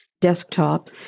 desktop